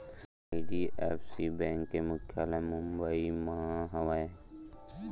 IDFC bank के मुख्यालय मुबई म हवय